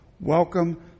Welcome